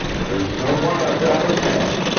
there's no one i'd rather have.